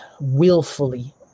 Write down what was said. willfully